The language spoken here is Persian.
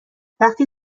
وقتی